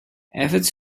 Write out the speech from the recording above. efforts